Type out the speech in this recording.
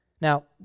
Now